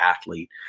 athlete